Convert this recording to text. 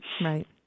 Right